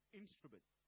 instruments